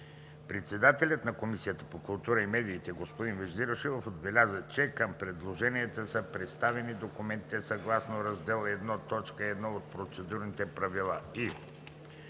Председателят на Комисията по културата и медиите господин Вежди Рашидов отбеляза, че към предложенията са представени документите съгласно Раздел I, т. 1 от Процедурните правила